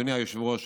אדוני היושב-ראש,